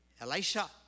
Elisha